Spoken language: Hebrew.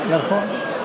נכון, נכון.